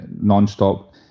Non-stop